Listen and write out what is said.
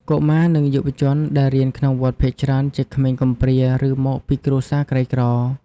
កុមារ និងយុវជនដែលរៀនក្នុងវត្តភាគច្រើនជាក្មេងកំព្រាឬមកពីគ្រួសារក្រីក្រ។